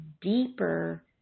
deeper